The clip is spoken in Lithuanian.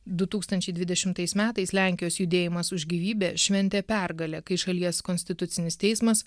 du tūkstančiai dvidešimtais metais lenkijos judėjimas už gyvybę šventė pergalę kai šalies konstitucinis teismas